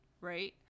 right